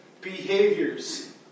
behaviors